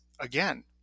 again